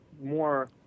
more